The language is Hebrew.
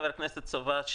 חבר הכנסת סובה,